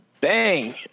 Bang